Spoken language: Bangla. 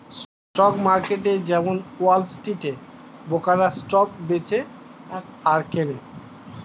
স্টক মার্কেট যেমন ওয়াল স্ট্রিটে ব্রোকাররা স্টক বেচে আর কেনে